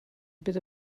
bit